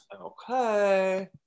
Okay